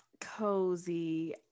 Cozy